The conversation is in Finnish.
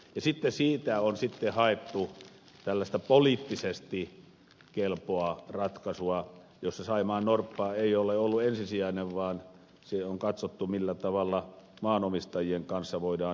sitten siitä on haettu tällaista poliittisesti kelpoa ratkaisua jossa saimaannorppa ei ole ollut ensisijainen vaan on katsottu millä tavalla maanomistajien kanssa voidaan edetä